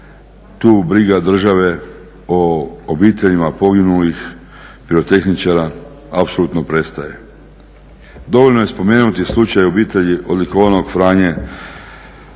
tu briga države o obiteljima poginulih pirotehničara apsolutno prestaje. Dovoljno je spomenuti slučaj obitelji odlikovanog Franje